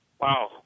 wow